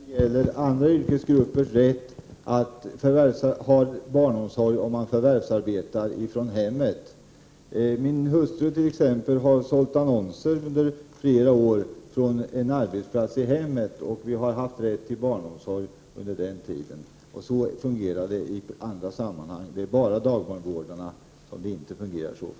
Invandrarverket har under en längre tid brottats med alltför långa väntetider vid asylärenden. Radikala åtgärder måste vidtas för att förkorta väntetiderna. Svensk flyktingpolitik präglas för närvarande inte av den humanitet som regering och riksdag har uttalat sig för. Krafttag måste därför tas för att förkorta de långa väntetiderna. Ärstatsrådet beredd att medverka till att en mycket lång handläggningstid skall kunna leda till att en asylsökande får stanna av humanitära skäl?